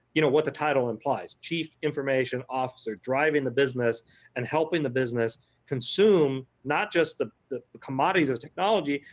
you know what the title implies. chief information officer, driving the business and helping the business consume, not just the the commodities or technology,